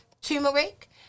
Turmeric